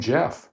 Jeff